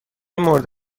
مورد